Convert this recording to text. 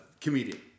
Comedian